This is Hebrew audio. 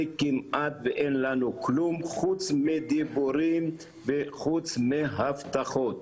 וכמעט ואין לנו כלום חוץ מדיבורים וחוץ מהבטחות,